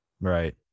right